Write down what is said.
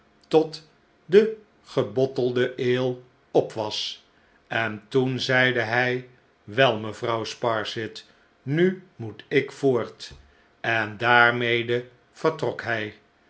tot de gebottelde ale op was en toen zeide hij s wel mevrouw sparsit nu moet ik voort en daarmede vertrok hij